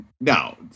Now